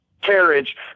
carriage